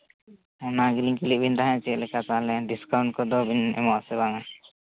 ᱚᱱᱟ ᱜᱮᱞᱤᱧ ᱠᱩᱞᱤᱭᱮᱫ ᱵᱮᱱ ᱛᱟᱦᱮᱸᱜ ᱪᱮᱫ ᱞᱮᱠᱟ ᱛᱟᱦᱞᱮ ᱰᱤᱥᱠᱟᱣᱩᱱᱴ ᱠᱚᱫᱚ ᱵᱤᱱ ᱮᱢᱚᱜ ᱟᱥᱮ ᱵᱟᱝᱼᱟ